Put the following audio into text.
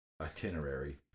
itinerary